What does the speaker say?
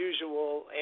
usual